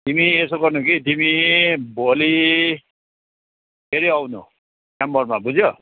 तिमी यसो गर्नु कि तिमी भोलि फेरि आउनू च्याम्बरमा बुझ्यौ